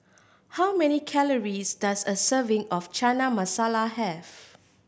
how many calories does a serving of Chana Masala have